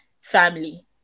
family